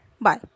bye